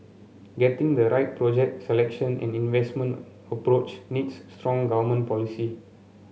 getting the right project selection and investment approach needs strong government policy